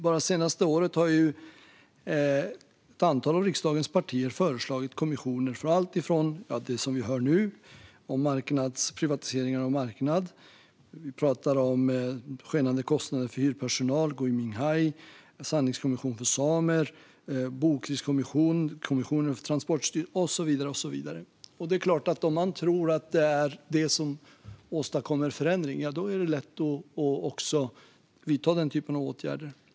Bara det senaste året har ett antal av riksdagens partier föreslagit kommissioner för allt från det vi hör nu om privatisering av marknader till skenande kostnader för hyrpersonal, Gui Minhai, en sanningskommission för samerna, en bokriskommission, en kommission för Transportstyrelsen och så vidare. Det är klart att om man tror att det är det som åstadkommer förändringar, ja, då är det lätt att vidta den typen av åtgärder.